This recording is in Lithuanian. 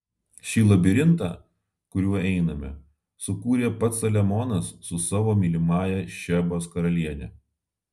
šį labirintą kuriuo einame sukūrė pats saliamonas su savo mylimąja šebos karaliene